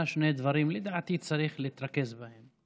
יש שני דברים שלדעתי צריך להתרכז בהם.